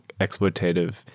exploitative